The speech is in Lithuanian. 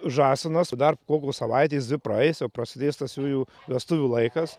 žąsinas dar kokios savaitės dvi praeis jau prasidės tas jųjų vestuvių laikas